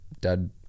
dad